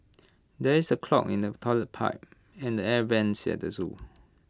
there is A clog in the Toilet Pipe and air Vents at the Zoo